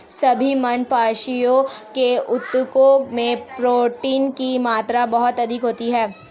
सभी मांसपेशियों के ऊतकों में प्रोटीन की मात्रा बहुत अधिक होती है